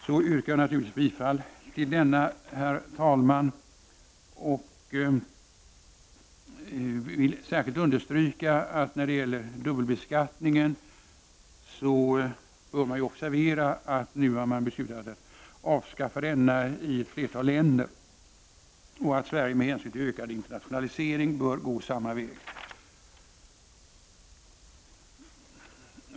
Härmed yrkar jag, herr talman, bifall till reservationen. Jag vill särskilt understryka att man beträffande dubbelbeskattningen bör observera att flertalet länder har beslutat att avskaffa denna. Sverige bör därför med hänsyn till den ökade internationaliseringen välja samma väg.